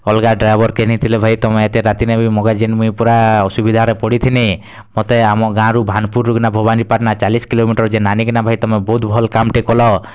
ଅଲଗା ଡ୍ରାଇଭର୍ କେ ନେଇଥିଲେ ଭାଇ ତୁମେ ଏତେ ରାତିରେ ବି ମଗାଜିନ୍ ମୁଇଁ ପୁରା ଅସୁବିଧାରେ ପଡ଼ିଥିନିଁ ମୋତେ ଆମ ଗାଁରୁ ଭାନ୍ପୁର୍ରୁ ନେଇକିନା ଭାବାନୀପାଟଣା ଚାଳିଶ୍ କିଲୋମିଟର୍ ଯେନ୍ ଆନି କିନା ବହୁତ୍ ଭଲ୍ କାମ୍ଟେ କଲ